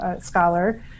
scholar